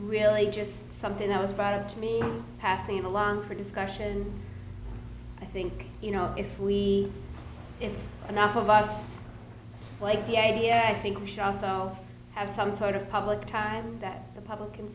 really just something that was vital to me passing along for discussion i think you know if we if enough of us like the idea i think we should also have some sort of public time that the public can